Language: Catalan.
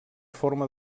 forma